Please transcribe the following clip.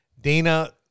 Dana